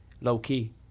low-key